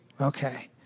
Okay